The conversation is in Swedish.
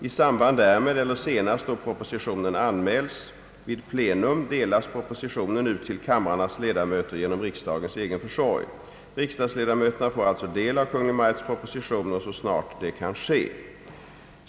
I samband därmed eller senast då propositionen anmäls vid plenum delas propositionen ut till kamrarnas ledamöter genom riksdagens egen försorg. Riksdagsleda möterna får alltså del av Kungl. Maj:ts propositioner så snart det kan ske.